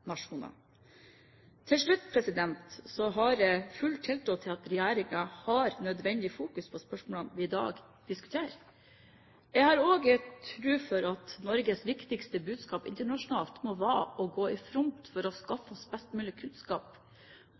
Til slutt: Jeg har full tiltro til at regjeringen har nødvendig fokus på spørsmålene vi i dag diskuterer. Jeg tror Norges viktigste budskap internasjonalt må være å gå i front for å skaffe oss best mulig kunnskap